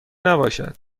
نباشد